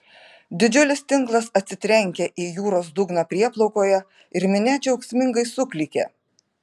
didžiulis tinklas atsitrenkia į jūros dugną prieplaukoje ir minia džiaugsmingai suklykia